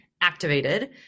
activated